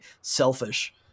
selfish